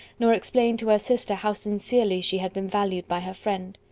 nor explain to her sister how sincerely she had been valued by her friend.